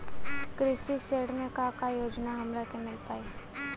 कृषि ऋण मे का का योजना हमरा के मिल पाई?